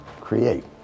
create